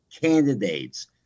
candidates